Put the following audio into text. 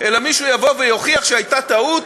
אלא מישהו יבוא ויוכיח שהייתה טעות